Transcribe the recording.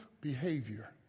behavior